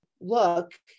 look